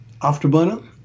afterburner